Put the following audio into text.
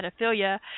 pedophilia